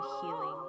healing